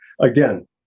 again